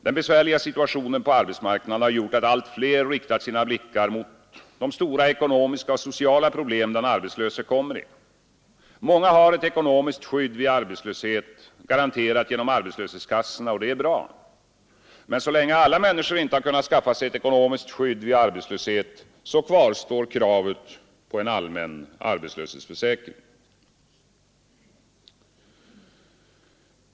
Den besvärliga situationen på arbetsmarknaden har gjort att allt fler riktat sina blickar mot de stora ekonomiska och sociala problem den arbetslöse kommer i. Många har ett ekonomiskt skydd vid arbetslöshet garanterat genom arbetslöshetskassorna och det är bra. Men så länge inte alla människor har kunnat skaffa sig ett ekonomiskt skydd vid arbetslöshet kvarstår kravet på en allmän arbetslöshetsförsäkring.